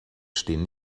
stehen